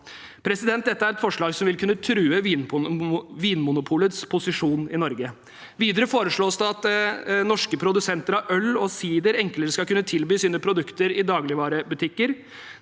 EØS-avtalen. Dette er et forslag som vil kunne true Vinmonopolets posisjon i Norge. Videre foreslås det at norske produsenter av øl og sider enklere skal kunne tilby sine produkter i dagligvarebutikker.